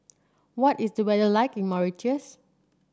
what is the weather like in Mauritius